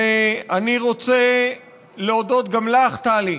ואני רוצה להודות גם לך, טלי,